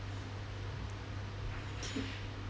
okay